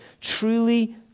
truly